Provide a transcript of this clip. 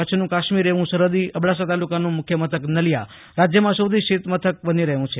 કચ્છનું કાશ્મીર એવું સરહદી અબડાસા તાલુકાનું મુખ્ય મથક નલીયા રાજ્યમાં સૌથી શીત મથક બની રહ્યું છે